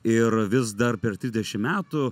ir vis dar per trisdešim metų